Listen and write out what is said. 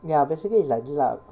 ya basically is like this lah